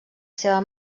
seva